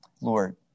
Lord